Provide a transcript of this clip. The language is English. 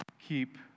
keep